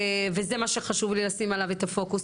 וזה מה שחשוב לי לשים עליו את הפוקוס.